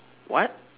what